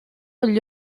gli